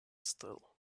still